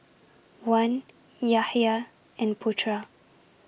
Wan Yahya and Putera